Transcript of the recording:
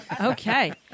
Okay